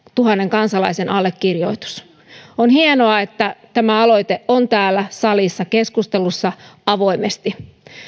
kansalaisen allekirjoitus on hienoa että tämä aloite on täällä salissa keskustelussa avoimesti